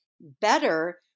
better